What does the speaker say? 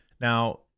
Now